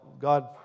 God